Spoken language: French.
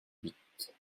huit